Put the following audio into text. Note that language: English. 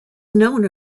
known